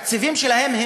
התקציבים שלהם,